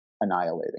annihilating